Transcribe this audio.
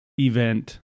event